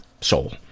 soul